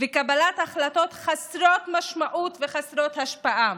וקבלת החלטות חסרות משמעות וחסרות השפעה.